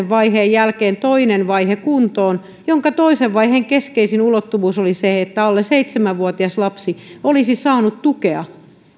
vaiheen jälkeen toinen vaihe kuntoon ja toisen vaiheen keskeisin ulottuvuus oli se että alle seitsemän vuotias lapsi olisi saanut tukea